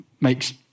makes